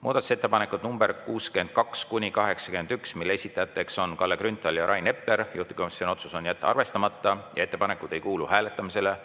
Muudatusettepanekud nr 62–81, mille esitajad on Kalle Grünthal ja Rain Epler. Juhtivkomisjoni otsus on jätta arvestamata ja ettepanekud ei kuulu hääletamisele